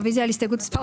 רוויזיה על הסתייגות מס'